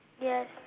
Yes